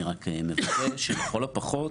אני רק מבקש לכל הפחות,